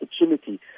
opportunity